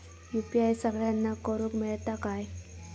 UPI सगळ्यांना करुक मेलता काय?